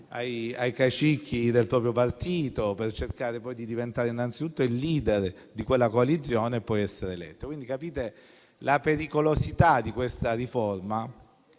ai cacicchi del proprio partito per cercare poi di diventare innanzi tutto il *leader* di quella coalizione ed essere eletto. Capite quindi la pericolosità di questa riforma,